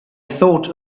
thought